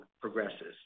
progresses